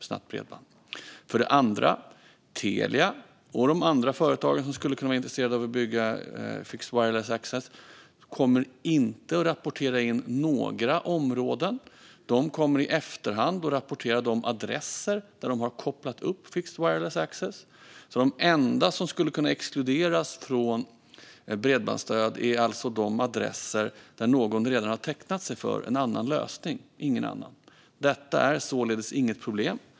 För det andra kommer inte Telia eller de andra företagen som skulle kunna vara intresserade av att bygga fixed wireless access att rapportera in några områden. De kommer att i efterhand rapportera de adresser där de har kopplat upp fixed wireless access. De enda som skulle kunna exkluderas från bredbandsstöd är alltså de adresser där någon redan har tecknat sig för en annan lösning, ingen annan. Detta är således inget problem.